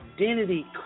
identity